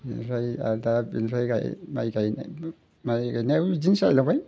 बेनिफ्राय आरो दा बिनिफ्राय माइ गायनाय माइ गायनायाबो बिदिनो जालायलांबाय